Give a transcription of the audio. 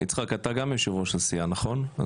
יצחק, אתה גם יושב-ראש הסיעה, נכון?